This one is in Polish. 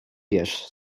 wiesz